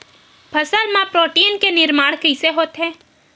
फसल मा प्रोटीन के निर्माण कइसे होथे?